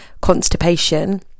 constipation